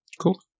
Cool